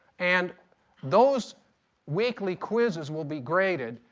and those weekly quizzes will be graded,